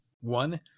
One